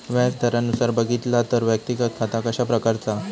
व्याज दरानुसार बघितला तर व्यक्तिगत खाता कशा प्रकारचा हा?